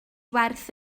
werth